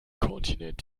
kontinent